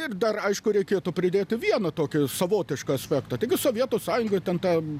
ir dar aišku reikėtų pridėti vieną tokį savotišką aspektą taigi sovietų sąjungoj ten ta